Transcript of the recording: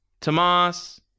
Tomas